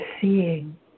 seeing